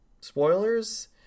spoilers